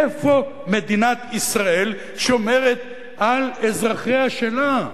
איפה מדינת ישראל שומרת על אזרחיה שלה?